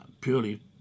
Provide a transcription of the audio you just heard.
Purely